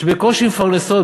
שבקושי מפרנסות,